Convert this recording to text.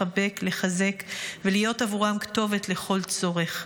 לחבק, לחזק ולהיות בעבורם כתובת לכל צורך.